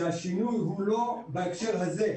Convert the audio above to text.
שהשינוי הוא לא בהקשר הזה,